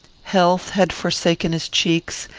health had forsaken his cheeks,